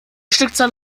stückzahl